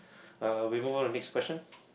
uh we move on to the next question